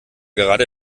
gerade